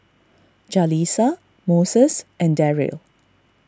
Jalisa Moses and Deryl